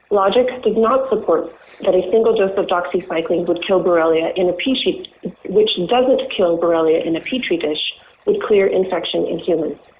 logic does not support that a single dose of doxycycline could kill borrelia in a petri which doesn't kill borrelia in a petri dish would clear infection in human.